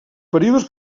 períodes